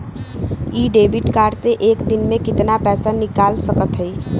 इ debit card से एक दिन मे कितना पैसा निकाल सकत हई?